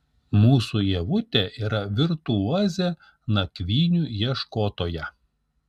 mūsų ievutė yra virtuozė nakvynių ieškotoja